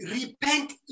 repent